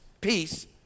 peace